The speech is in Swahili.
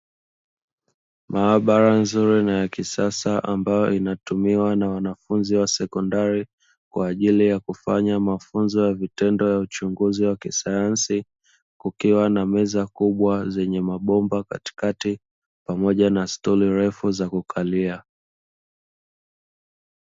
Maabara nzuri na ya kisasa ambayo inatumiwa na wanafunzi wa sekondari kwa ajili ya kufanya mafunzo ya vitendo ya uchunguzi wa kisayansi, kukiwa na meza kubwa zenye mabomba katikati pamoja na stuli refu za kukalia.